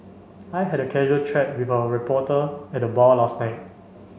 I had a casual chat with a reporter at the bar last night